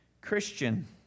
Christian